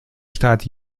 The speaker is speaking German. stadt